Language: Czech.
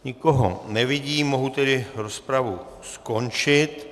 Nikoho nevidím, mohu tedy rozpravu skončit.